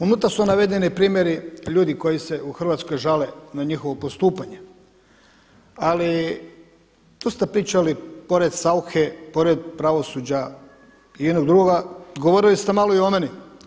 Unutra su navedeni primjeri ljudi koji se u Hrvatskoj žale na njihovo postupanje, ali tu ste pričali pored SAuche pored pravosuđa i onoga drugoga, govorili ste malo i o meni.